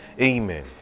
Amen